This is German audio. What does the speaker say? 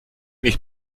nicht